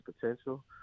potential